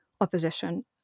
opposition